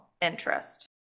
interest